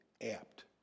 apt